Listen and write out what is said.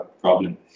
problem